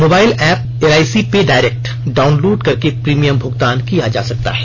mobile app L I C पे direct download करके premium का भुगतान किया जा सकता है